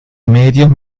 medium